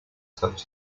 such